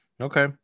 Okay